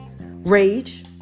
rage